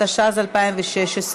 התשע"ז 2016,